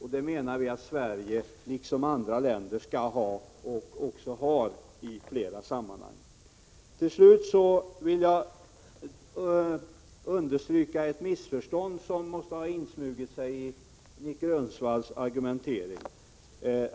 Det menar vi att Sverige liksom andra länder skall ha och även har i flera sammanhang. Till slut vill jag påpeka ett missförstånd som måste ha smugit sig in i Nic Grönvalls argumentering.